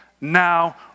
now